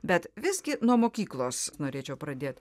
bet visgi nuo mokyklos norėčiau pradėt